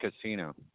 casino